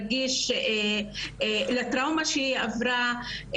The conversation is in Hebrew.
רגיש לטראומה שהיא עברה,